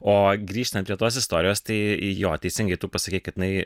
o grįžtant prie tos istorijos tai jo teisingai tu pasakei kad jinai